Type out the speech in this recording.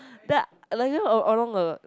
then like you know along along the